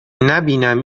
نبینم